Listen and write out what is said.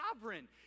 sovereign